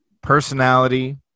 personality